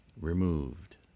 removed